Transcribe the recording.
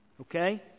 Okay